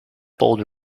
bold